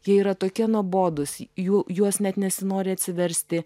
jie yra tokie nuobodūs jų juos net nesinori atsiversti